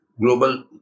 global